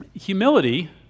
humility